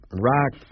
rock